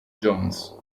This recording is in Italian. jones